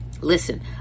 Listen